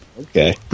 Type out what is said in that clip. okay